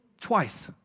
twice